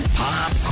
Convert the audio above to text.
pop